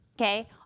okay